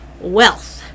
wealth